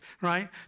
right